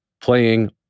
playing